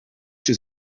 czy